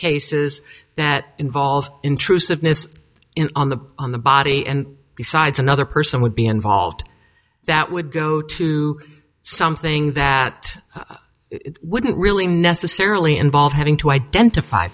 cases that involve intrusive miss in on the on the body and besides another person would be involved that would go to something that wouldn't really necessarily involve having to identify